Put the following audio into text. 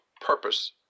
purpose